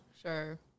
Sure